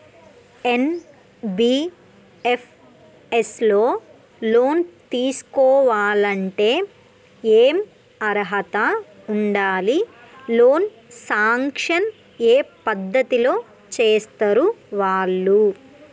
NBFS లో loan తీస్కోవాలంటే ఏం అర్హత ఉండాలి? లోన్ సాంక్షన్ ఏ పద్ధతి లో చేస్తరు వాళ్లు?